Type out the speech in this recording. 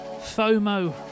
FOMO